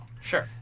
Sure